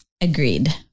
Agreed